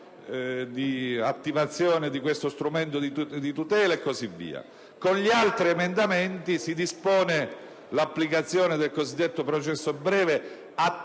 Grazie,